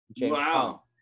wow